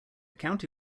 county